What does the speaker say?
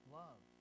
love